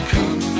Come